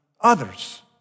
others